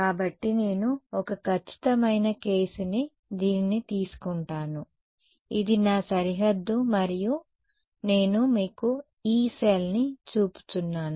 కాబట్టి నేను ఒక ఖచ్చితమైన కేసు ని దీనిని తీసుకుంటాను ఇది నా సరిహద్దు మరియు నేను మీకు ఈ సెల్ ని చూపుతున్నాను